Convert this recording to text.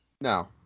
No